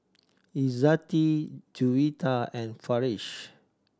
Izzati Juwita and Farish